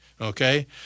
okay